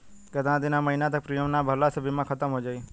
केतना दिन या महीना तक प्रीमियम ना भरला से बीमा ख़तम हो जायी?